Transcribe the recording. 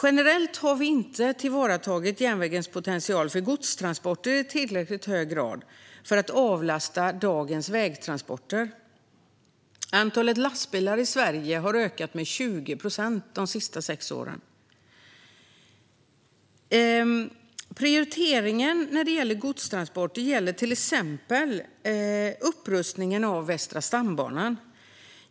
Generellt sett har vi inte tillvaratagit järnvägens potential för godstransporter i tillräckligt hög grad för att avlasta dagens vägtransporter. Antalet lastbilar i Sverige har ökat med 20 procent de senaste sex åren. Prioriteringen när det gäller godstransporter gäller till exempel upprustningen av Västra stambanan.